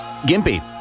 Gimpy